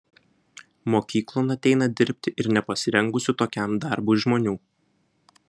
mokyklon ateina dirbti ir nepasirengusių tokiam darbui žmonių